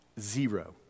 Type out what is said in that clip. Zero